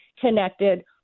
connected